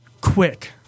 quick